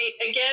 again